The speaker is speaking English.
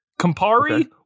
campari